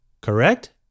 correct